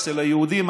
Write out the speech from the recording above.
אצל היהודים,